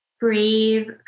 brave